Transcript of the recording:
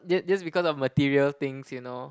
the this because of material things you know